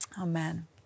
Amen